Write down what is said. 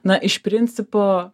na iš principo